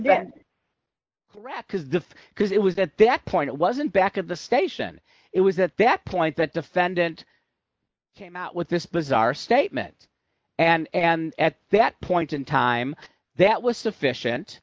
because it was at that point wasn't back at the station it was at that point that defendant came out with this bizarre statement and and at that point in time that was sufficient